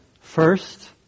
first